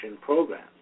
programs